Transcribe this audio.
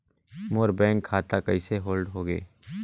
मोर bank खाता कइसे hold होगे?